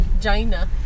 China